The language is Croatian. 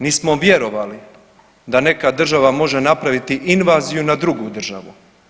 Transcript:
Nismo vjerovali da neka država može napraviti invaziju na drugu državu.